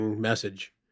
message